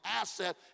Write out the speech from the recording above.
asset